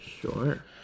Sure